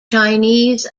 chinese